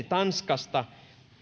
tanskasta